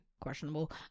Questionable